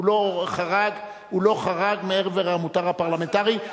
הוא לא חרג מעבר למותר הפרלמנטרי.